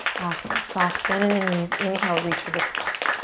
awesome, soft bend in the knees. inhale, reach for the sky.